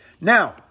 Now